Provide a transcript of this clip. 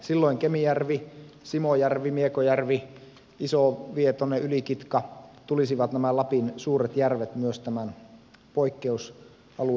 silloin kemijärvi simojärvi miekojärvi iso vietonen yli kitka nämä lapin suuret järvet tulisivat myös tämän poikkeusalueen piiriin